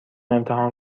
امتحان